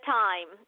time